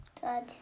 Dad